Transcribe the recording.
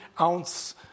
ounce